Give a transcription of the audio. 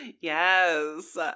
yes